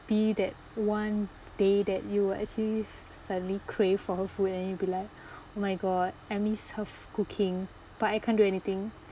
be that one day that you will actually suddenly crave for her food and you'll be like my god I miss her fo~ cooking but I can't do anything